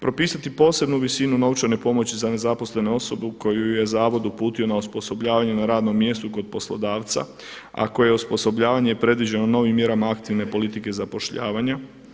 Propisati posebnu visinu novčane pomoći za nezaposlene osobe koju je zavod uputio na osposobljavanje na radno mjesto kod poslodavca, a koje osposobljavanje je predviđeno novim mjerama aktivne politike zapošljavanja.